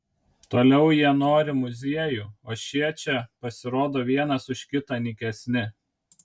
toliau jie nori muziejų o šie čia pasirodo vienas už kitą nykesni